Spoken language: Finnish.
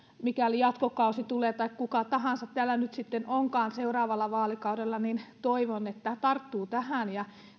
mikäli jatkokausi tulee tai kuka tahansa täällä nyt sitten onkaan seuraavalla vaalikaudella toivon että tartutaan tähän ja